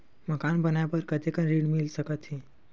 मकान बनाये बर कतेकन ऋण मिल सकथे?